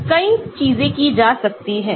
तो कई चीजें की जा सकती हैं